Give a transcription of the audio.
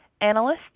Analysts